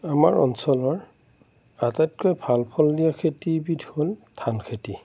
আমাৰ অঞ্চলৰ আটাইতকৈ ভাল ফল দিয়া খেতি বিধ হ'ল ধান খেতি